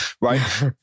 right